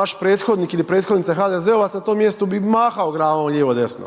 vaš prethodnik ili prethodnica HDZ-ova na tom mjestu bi mahao glavom lijevo desno,